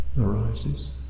arises